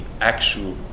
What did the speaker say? actual